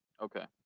Okay